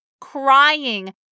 Crying